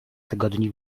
tygodni